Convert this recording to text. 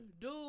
dude